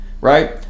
right